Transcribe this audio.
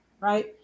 right